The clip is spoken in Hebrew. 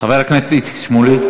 חבר הכנסת איציק שמולי.